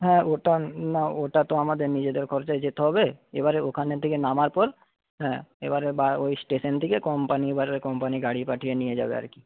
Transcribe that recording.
হ্যাঁ ওটা না ওটা তো আমাদের নিজেদের খরচায় যেতে হবে এবারে ওখান থেকে নামার পর হ্যাঁ এবারে বা ওই স্টেশন থেকে কোম্পানি এবারে কোম্পানি গাড়ি পাঠিয়ে নিয়ে যাবে আর কি